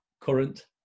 current